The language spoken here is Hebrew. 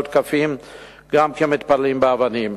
מותקפים גם כן מתפללים באבנים.